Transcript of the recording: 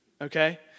okay